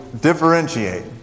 differentiate